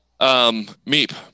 Meep